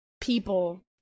people